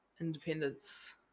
independence